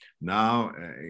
Now